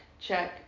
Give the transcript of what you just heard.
check